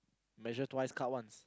measure twice cut once